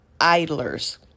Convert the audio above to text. idlers